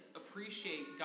appreciate